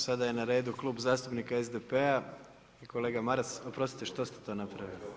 Sada je na redu Klub zastupnika SDP-a, kolega Maras, oprostite što to napravili?